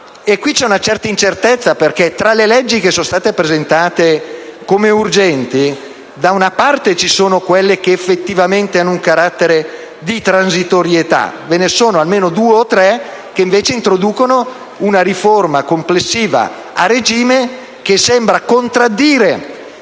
Qui c'è una incertezza, perché tra i disegni di legge di cui si richiede l'urgenza da una parte ci sono quelli che effettivamente hanno un carattere di transitorietà; ve ne sono almeno due o tre che invece introducono una riforma complessiva a regime che sembra contraddire,